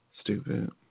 stupid